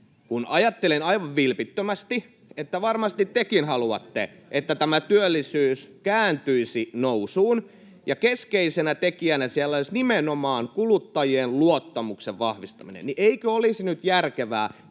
Kun ajattelen aivan vilpittömästi, että varmasti tekin haluatte, että työllisyys kääntyisi nousuun ja keskeisenä tekijänä siellä olisi nimenomaan kuluttajien luottamuksen vahvistaminen, niin eikö olisi nyt järkevää